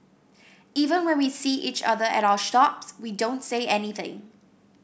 even when we see each other at our shops we don't say anything